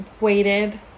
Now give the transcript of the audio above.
waited